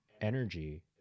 energy